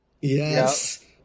Yes